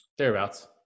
Thereabouts